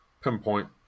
pinpoint